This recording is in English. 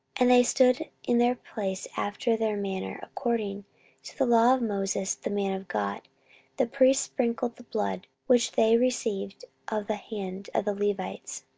and they stood in their place after their manner, according to the law of moses the man of god the priests sprinkled the blood, which they received of the hand of the levites.